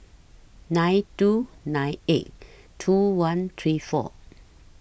nine two nine eight two one three four